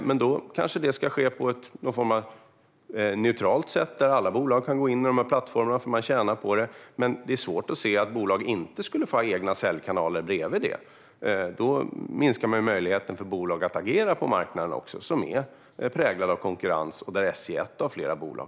Men kanske det ska ske på ett neutralt sätt så att alla bolag kan gå in i de här plattformarna eftersom man tjänar på det. Det är dock svårt att se att bolag inte skulle få ha egna säljkanaler vid sidan av dessa. Då minskar ju möjligheten för bolag att agera på marknaden, som är präglad av konkurrens och där SJ är ett av flera bolag.